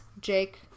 Jake